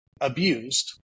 abused